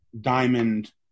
Diamond